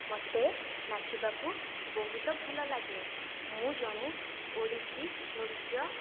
ମୋତେ ନାଚିବାକୁ ବହୁତ ଭଲ ଲାଗେ ମୁଁ ଜଣେ ଓଡ଼ିଶୀ ନୃତ୍ୟ